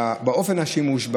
גם אופן השימוש,